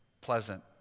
pleasant